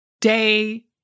Day